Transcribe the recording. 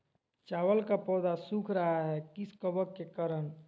चावल का पौधा सुख रहा है किस कबक के करण?